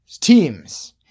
teams